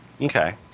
Okay